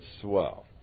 swell